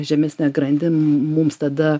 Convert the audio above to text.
žemesnę grandį mums tada